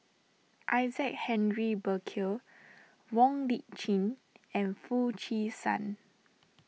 Isaac Henry Burkill Wong Lip Chin and Foo Chee San